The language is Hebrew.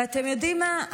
ואתם יודעים מה?